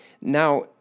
Now